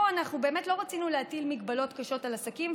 פה אנחנו לא רצינו להטיל מגבלות קשות על עסקים,